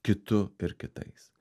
kitu ir kitais